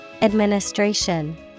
Administration